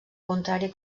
contrari